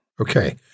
Okay